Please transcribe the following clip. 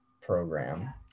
Program